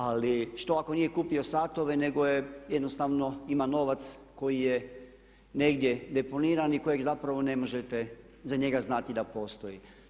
Ali što ako nije kupio satove nego je jednostavno ima novac koji je negdje deponiran i kojeg zapravo ne možete za njega znati da postoji?